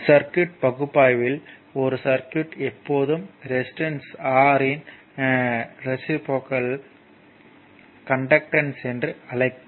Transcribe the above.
circuit பகுப்பாய்வில் ஒரு circuit எப்போதும் ரெசிஸ்டன்ஸ் R இன் ரெஸிபிரோகலை கண்டக்டன்ஸ் என்று அழைக்கலாம்